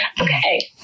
Okay